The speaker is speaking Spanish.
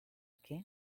que